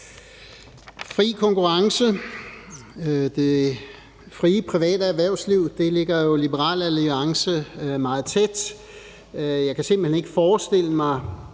fri konkurrence og det frie private erhvervsliv ligger jo meget Liberal Alliance på sinde. Jeg kan simpelt hen ikke forestille mig